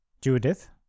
Judith